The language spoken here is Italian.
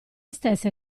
stesse